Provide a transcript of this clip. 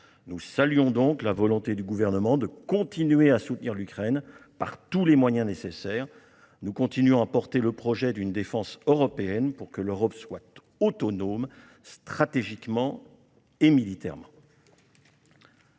Nous saluons donc la volonté du Gouvernement de persister à soutenir l'Ukraine par tous les moyens qui sont nécessaires. Nous continuons à porter le projet d'une défense européenne, pour que l'Europe soit autonome stratégiquement et militairement.